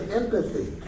empathy